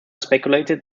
speculated